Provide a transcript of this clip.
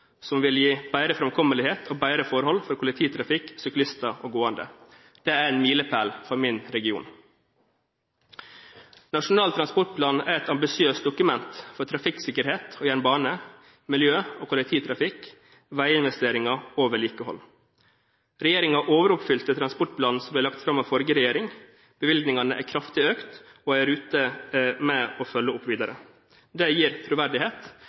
som vil gi bedre framkommelighet og bedre forhold for kollektivtrafikk, syklister og gående. Det er en milepæl for min region. Nasjonal transportplan er et ambisiøst dokument for trafikksikkerhet, jernbane, miljø, kollektivtrafikk, veiinvesteringer og vedlikehold. Regjeringen overoppfylte transportplanen som ble lagt fram av forrige regjering. Bevilgningene er kraftig økt og er i rute med å følge opp videre. Det gir troverdighet.